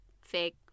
Fake